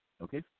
Okay